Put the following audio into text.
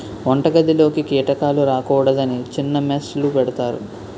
వంటగదిలోకి కీటకాలు రాకూడదని చిన్న మెష్ లు పెడతారు